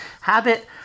habit